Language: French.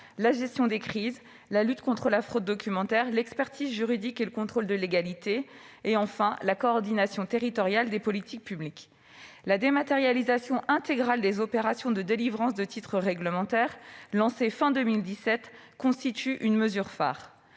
la gestion des crises, la lutte contre la fraude documentaire, l'expertise juridique et le contrôle de légalité, ainsi que la coordination territoriale des politiques publiques. La dématérialisation intégrale des opérations de délivrance de titres réglementaires, lancée à la fin de l'année 2017, constitue une mesure phare